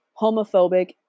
homophobic